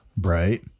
Right